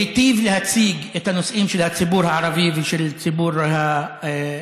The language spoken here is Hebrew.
הוא היטיב להציג את הנושאים של הציבור הערבי ושל ציבור הנגב,